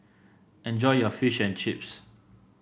enjoy your Fish and Chips